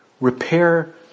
Repair